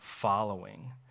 following